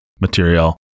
material